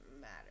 matter